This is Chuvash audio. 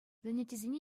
занятисене